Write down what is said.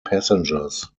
passengers